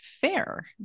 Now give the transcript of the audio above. fair